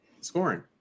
scoring